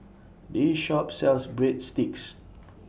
This Shop sells Breadsticks